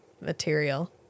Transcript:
material